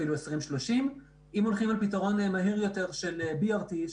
אפילו 2030. אם הולכים על פתרון מהיר יותר של BRT,